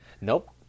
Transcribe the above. Nope